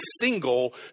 single